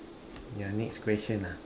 yeah next question ah